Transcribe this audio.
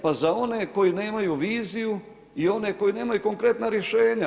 Pa za one koji nemaju viziju i one koji nemaju konkretna rješenja.